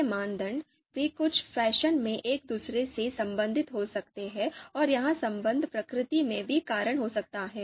ये मानदंड वे कुछ फैशन में एक दूसरे से संबंधित हो सकते हैं और यह संबंध प्रकृति में भी कारण हो सकता है